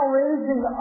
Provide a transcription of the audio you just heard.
raising